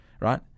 right